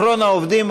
לאחרון העובדים,